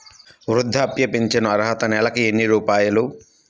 వృద్ధాప్య ఫింఛను అర్హత నెలకి ఎన్ని రూపాయలు?